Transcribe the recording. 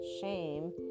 shame